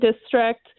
district